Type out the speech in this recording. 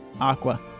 Aqua